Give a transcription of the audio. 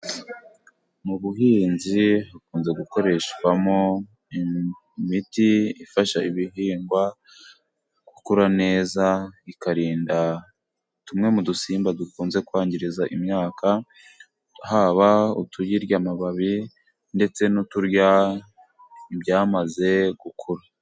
Mu buhinzi hakunze gukoreshwamo imiti ifasha ibihingwa gukura neza ikarinda tumwe mu dusimba dukunze kwangiza imyaka, haba utuyirya amababi, ndetse n'uturya ibyamaze gukura.